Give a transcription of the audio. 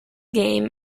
game